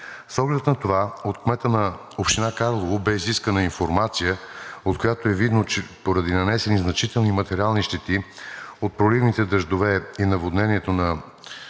С оглед на това от кмета на община Карлово бе изискана информация, от която е видно, че поради нанесени значителни материални щети от проливните дъждове и наводнението на